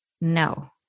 no